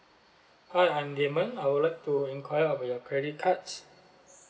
hi I'm damon I would like to enquire about your credit cards